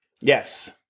Yes